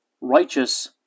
righteous